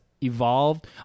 evolved